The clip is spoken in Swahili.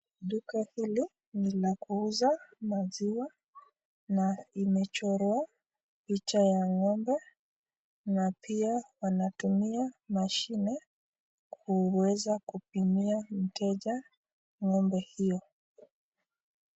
Duka hili ni la kuuza maziwa na imechorwa picha ya ng'ombe, na pia wanatumia mashini kuweza kupimia mteja ng'ombe hiyo.